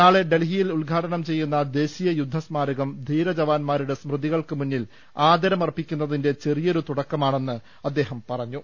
നാളെ ഡൽഹി യിൽ ഉദ്ഘാടനം ചെയ്യുന്ന ദേശീയ യുദ്ധസ്മാരകം ധ്രീരജവാന്മാരുടെ സ്മൃതികൾക്കുമുന്നിൽ ആദരമർപ്പിക്കുന്നതിന്റെ ചെറിയൊരു തുടക്കമാ ണെന്ന് അദ്ദേഹം പറഞ്ഞു